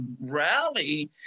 rally